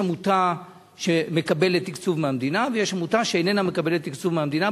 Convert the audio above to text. יש עמותה שמקבלת תקצוב מהמדינה ויש עמותה שאיננה מקבלת תקצוב מהמדינה,